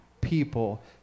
people